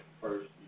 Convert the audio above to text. First